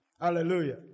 Hallelujah